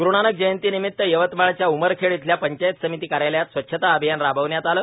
ग्रुनानक जयंती निमित यवतमाळच्या उमरखेड इथल्या पंचायत समिती कार्यालयात स्वच्छता अभियान राबविण्यात आलं